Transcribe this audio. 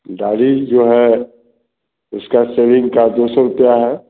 दाढ़ी जो है उसका सैविंग का दो सौ रुपये है